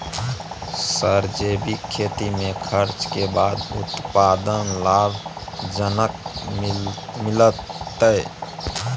Sir जैविक खेती में खर्च के बाद उत्पादन लाभ जनक मिलत?